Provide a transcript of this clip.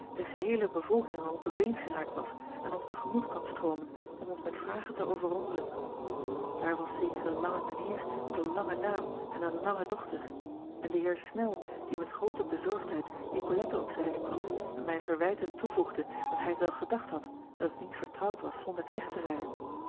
de geheele bevolking al op de been geraakt was en ons te gemoet kwam stroomen om ons met vragen te overrompelen aar was zekere lange mijn eer met een langen naam en een lange dochter en de eer nel die met groote bezorgdheid icolette op zijde kwam en mij verwijtend toevoegde dat hij het wel gedacht had dat het niet vertrouwd was zonder knecht te rijden